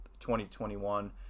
2021